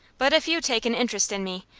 but if you take an interest in me,